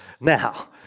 Now